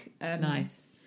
Nice